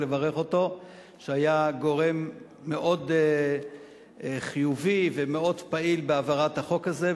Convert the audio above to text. שהיה גורם מאוד חיובי ומאוד פעיל בהעברת החוק הזה,